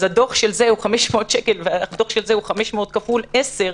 אז הדוח של זה הוא 500 שקל והדוח של זה הוא 500 כפול עשר,